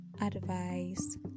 advice